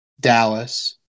Dallas